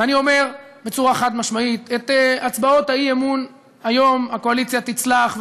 ואני אומר בצורה חד-משמעית: את הצבעות האי-אמון היום הקואליציה תצלח,